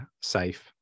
safe